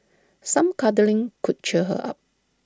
some cuddling could cheer her up